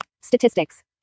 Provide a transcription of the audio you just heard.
Statistics